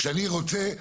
כשאני רוצה,